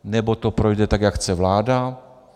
Nebo to projde, tak jak chce vláda.